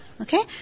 okay